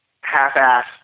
half-ass